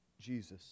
Jesus